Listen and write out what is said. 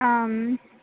आम्